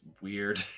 weird